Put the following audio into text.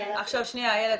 רגע, אילת.